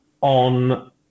on